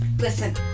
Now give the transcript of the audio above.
Listen